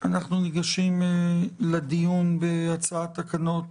אנחנו נגשים לדיון בהצעת תקנות